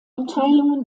abteilungen